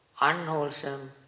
unwholesome